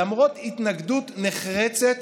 למרות התנגדות נחרצת